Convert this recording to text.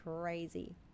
crazy